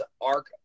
arc